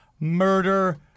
Murder